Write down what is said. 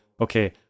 okay